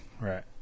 Right